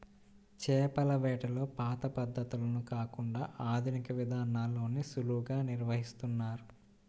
చేపల వేటలో పాత పద్ధతులను కాకుండా ఆధునిక విధానాల్లోనే సులువుగా నిర్వహిస్తున్నారు